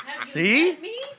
See